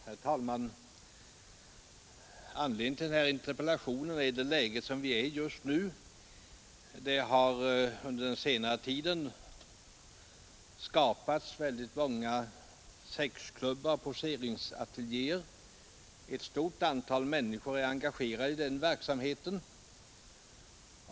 Herr talman! Anledningen till den här interpellationen är det läge som vi är i just nu. Det har under den senare tiden skapats väldigt många sexklubbar och poseringsateljéer. Ett stort antal människor är engagerade i den verksamheten.